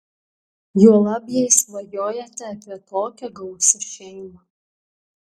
juolab jei svajojate apie tokią gausią šeimą